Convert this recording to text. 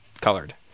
colored